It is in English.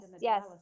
yes